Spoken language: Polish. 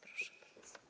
Proszę bardzo.